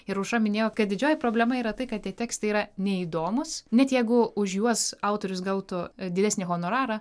ir aušra minėjo kad didžioji problema yra tai kad tie tekstai yra neįdomūs net jeigu už juos autorius gautų didesnį honorarą